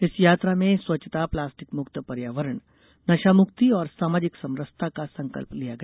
इस यात्रा में स्वच्छता प्लास्टिक मुक्त पर्यावरण नशा मुक्ति और सामाजिक समरसता का संकल्प लिया गया